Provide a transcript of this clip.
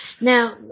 Now